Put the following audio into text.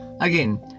Again